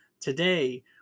Today